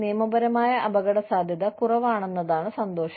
നിയമപരമായ അപകടസാധ്യത കുറവാണെന്നതാണ് സന്തോഷം